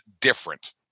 different